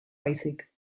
baizik